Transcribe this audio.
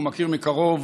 הוא מכיר מקרוב